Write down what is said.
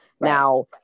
Now